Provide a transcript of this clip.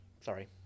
sorry